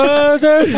Mother